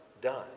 done